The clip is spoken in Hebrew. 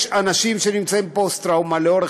יש אנשים שנמצאים בפוסט-טראומה לאורך